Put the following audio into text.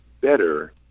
better